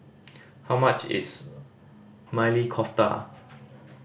how much is Maili Kofta